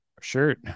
Shirt